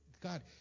God